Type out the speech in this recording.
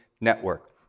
network